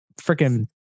freaking